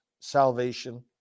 salvation